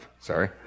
sorry